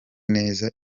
neza